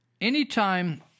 anytime